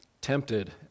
tempted